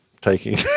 taking